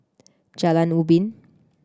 Jalan Ubin